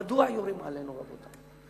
מדוע יורים עלינו, רבותי?